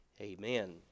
Amen